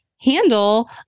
handle